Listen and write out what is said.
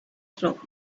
through